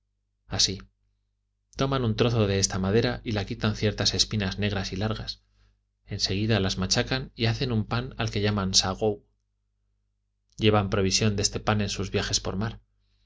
así toman un trozo de esta madera y la quitan ciertas espinas negras y largas en seguida la machacan y hacen un pan al que llaman sagou llevan provisión de este pan en sus viajes por mar